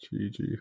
GG